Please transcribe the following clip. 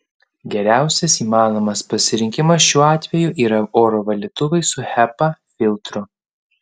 geriausias įmanomas pasirinkimas šiuo atveju yra oro valytuvai su hepa filtru